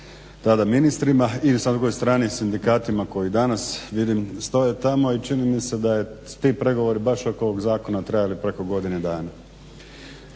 tada ministrima i sa druge strane sindikatima koji danas vidim stoje tamo i čini mi se da su ti pregovori baš oko ovog zakona trajali preko godine dana.